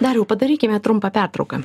dariau padarykime trumpą pertrauką